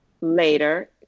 later